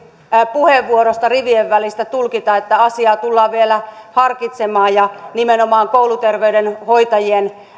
puheenvuorosta rivien välistä tulkita että asiaa tullaan vielä harkitsemaan ja nimenomaan kouluterveydenhoitajien